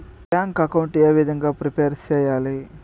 Bank account ఏ విధంగా prepare సెయ్యాలి?